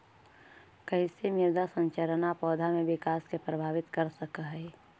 कईसे मृदा संरचना पौधा में विकास के प्रभावित कर सक हई?